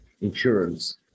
insurance